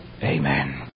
Amen